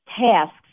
tasks